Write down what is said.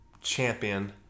champion